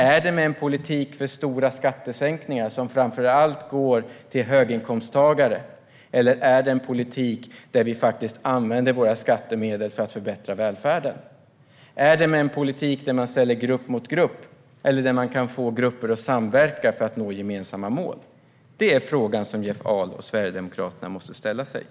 Är det med en politik för stora skattesänkningar som framför allt går till höginkomsttagare, eller är det med en politik där vi använder våra skattemedel för att förbättra välfärden? Är det med en politik där man ställer grupp mot grupp, eller är det med en politik där man kan få grupper att samverka för att nå gemensamma mål? Det är frågan som Jeff Ahl och Sverigedemokraterna måste ställa sig.